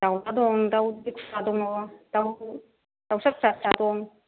दाउज्ला दं दाउ गिदिर फिसा दङ दाउसा फिसा फिसा दं